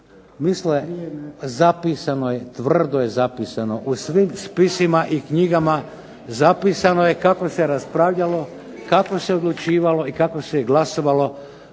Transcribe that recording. misle, zapisano je, tvrdo je zapisano, u svim knjigama i spisima, zapisano je kako se raspravljalo i kako se odlučivalo i kako se glasovalo